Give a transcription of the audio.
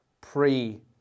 pre